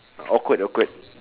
awkward awkward